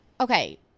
okay